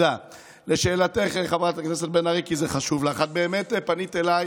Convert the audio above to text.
כי זה חשוב לך, את באמת פנית אליי